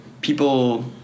people –